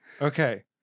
Okay